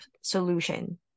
solution